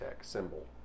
symbol